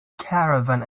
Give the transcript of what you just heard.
caravan